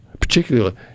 particularly